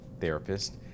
therapist